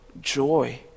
joy